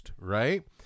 right